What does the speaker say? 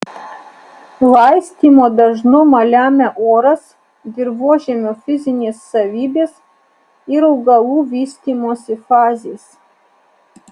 laistymo dažnumą lemia oras dirvožemio fizinės savybės ir augalų vystymosi fazės